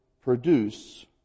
produce